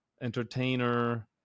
entertainer